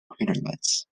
craterlets